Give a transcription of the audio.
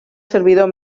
servidor